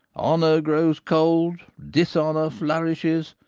honor grows cold, dishonor flourishes,